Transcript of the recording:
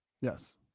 Yes